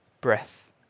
breath